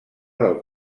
del